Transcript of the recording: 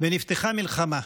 ונפתחה מלחמה.